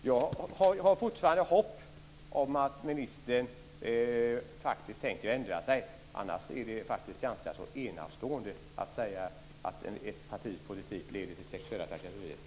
Jag hyser fortfarande hopp om att ministern tänker ändra sig. Annars är det ganska så enastående att säga att ett partis politik leder till sexuella trakasserier.